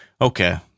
okay